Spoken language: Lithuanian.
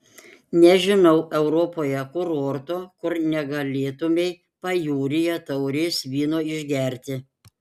nežinau europoje kurorto kur negalėtumei pajūryje taurės vyno išgerti